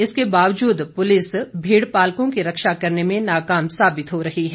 इसके बावजूद पुलिस भेड़ पालकों की रक्षा करने में नाकाम साबित हो रही है